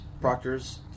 Proctor's